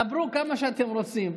דברו כמה שאתם רוצים.